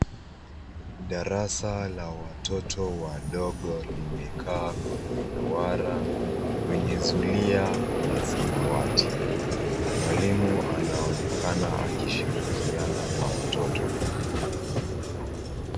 Darasa la watoto wadogo limekaa kwenye duara ,kwenye zulia la samawati mwalimu anaonekana akishirikiana na watoto.